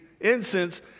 incense